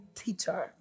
teacher